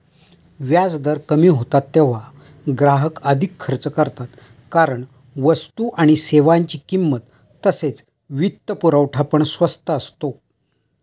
व्याजदर कमी होतात तेव्हा ग्राहक अधिक खर्च करतात कारण वस्तू आणि सेवांची किंमत तसेच वित्तपुरवठा पण स्वस्त असतो